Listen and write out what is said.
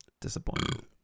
disappointing